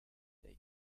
dai